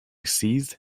ceased